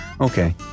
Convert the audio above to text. Okay